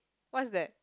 what's that